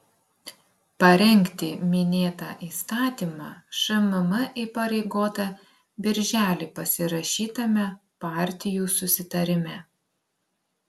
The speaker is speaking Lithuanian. parengti minėtą įstatymą šmm įpareigota birželį pasirašytame partijų susitarime